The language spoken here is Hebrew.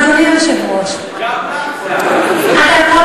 אדוני היושב-ראש, גם לך, זהבה.